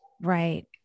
Right